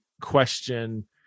question